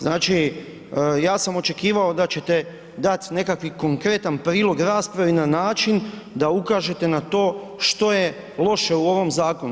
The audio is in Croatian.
Znači, ja sam očekivao da ćete dat nekakvi konkretan prilog raspravi na način da ukažete na to što je loše u ovom zakonu.